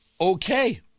Okay